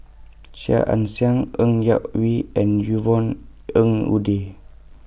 Chia Ann Siang Ng Yak Whee and Yvonne Ng Uhde